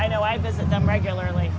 i know i visit them regularly